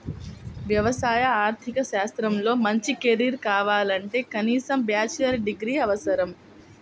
వ్యవసాయ ఆర్థిక శాస్త్రంలో మంచి కెరీర్ కావాలంటే కనీసం బ్యాచిలర్ డిగ్రీ అవసరం